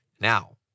Now